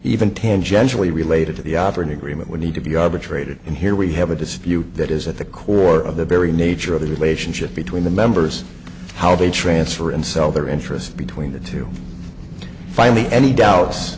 even tangentially related to the opera new agreement we need to be arbitrated and here we have a dispute that is at the core of the very nature of the relationship between the members how they transfer and sell their interests between the two finally any doubt